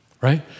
right